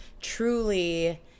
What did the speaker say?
truly